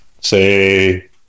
Say